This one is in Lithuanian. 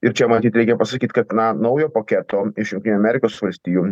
ir čia matyt reikia pasakyt kad na naujo paketo iš jungtinių amerikos valstijų